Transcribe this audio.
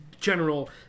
general